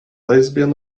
lesbian